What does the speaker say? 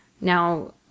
now